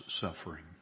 suffering